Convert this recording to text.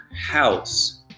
house